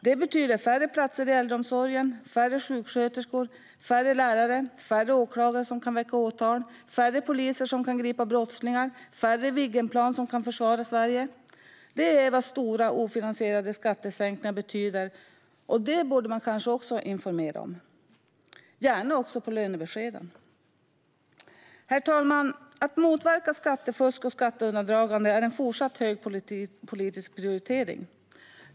De betyder färre platser i äldreomsorgen, färre sjuksköterskor, färre lärare, färre åklagare som kan väcka åtal, färre poliser som kan gripa brottslingar och färre Viggenplan som kan försvara Sverige. Detta är vad stora, ofinansierade skattesänkningar betyder, och det borde man kanske också informera om, gärna också på lönebeskeden. Herr talman! Att motverka skattefusk och skatteundandragande är en fortsatt hög politisk prioritering.